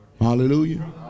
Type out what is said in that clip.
hallelujah